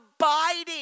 abiding